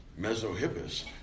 mesohippus